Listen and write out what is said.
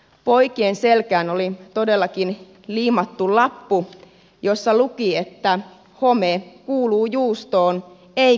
poikien selkään oli todellakin liimattu lappu jossa luki home kuuluu juustoon ei koulun sisäilmaan